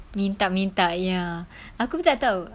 minta minta ya aku pun tak tahu